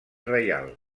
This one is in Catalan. reial